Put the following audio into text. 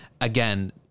again